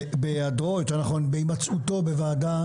עקב הימצאות תת-אלוף ודמני בוועדת